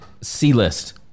C-list